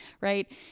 right